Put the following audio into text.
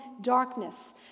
darkness